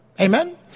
Amen